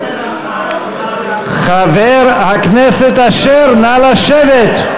חבר הכנסת אשר, נא לשבת.